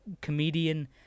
comedian